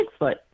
Bigfoot